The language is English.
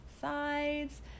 sides